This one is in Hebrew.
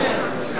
כן.